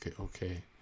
okay